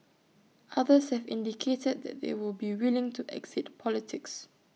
others have indicated that they would be willing to exit politics